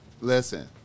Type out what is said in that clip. listen